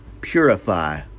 Purify